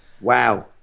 Wow